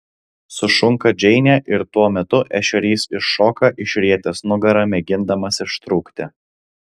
sušunka džeinė ir tuo metu ešerys iššoka išrietęs nugarą mėgindamas ištrūkti